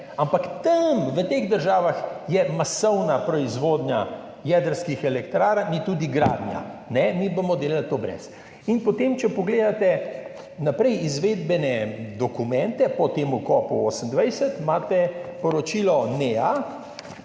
ampak v teh državah je masovna proizvodnja jedrskih elektrarn in tudi gradnja le-teh, mi bomo delali to brez. Če pogledate naprej izvedbene dokumente po tem COP28, imate poročilo NEA